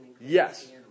Yes